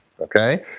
Okay